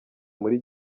muri